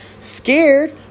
scared